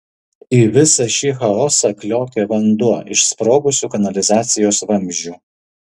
į visą šį chaosą kliokė vanduo iš sprogusių kanalizacijos vamzdžių